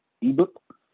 ebook